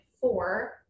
four